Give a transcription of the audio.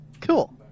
Cool